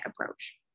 approach